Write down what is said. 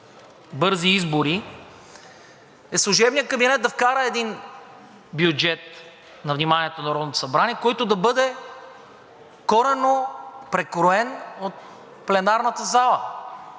бързи избори, служебният кабинет да вкара един бюджет на вниманието на Народното събрание, който да бъде коренно прекроен от пленарната зала,